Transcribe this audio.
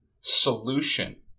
solution